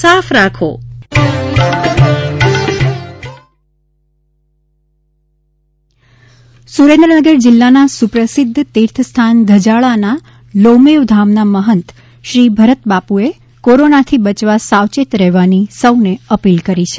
Covid signature tune Surendranagar જિલ્લાના સુપ્રસિધ્ધ તીર્થસ્થાન ધજાળાના લોમેવધામના મહંત શ્રી ભરતબાપુએ કોરોનાથી બચવા સાવચેત રહેવાની સૌને અપીલ કરી છે